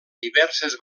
diverses